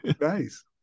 nice